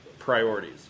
priorities